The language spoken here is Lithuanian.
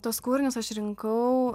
tuos kūrinius aš rinkau